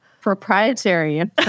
proprietary